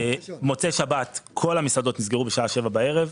במוצאי שבת נסגרו כל המסעדות בשעה 7 בערב.